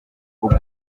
ubwe